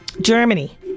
Germany